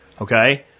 Okay